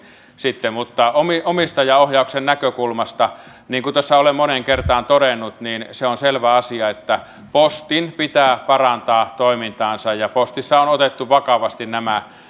sitten mutta omistajaohjauksen näkökulmasta niin kuin tässä olen moneen kertaan todennut se on selvä asia että postin pitää parantaa toimintaansa ja postissa on otettu vakavasti nämä